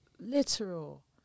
literal